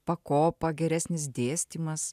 pakopa geresnis dėstymas